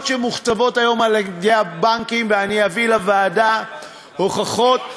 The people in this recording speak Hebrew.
ואני אביא לוועדה הוכחות,